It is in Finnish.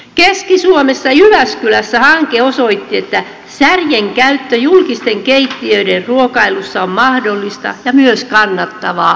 keski suomessa jyväskylässä hanke osoitti että särjen käyttö julkisten keittiöiden ruokailussa on mahdollista ja myös kannattavaa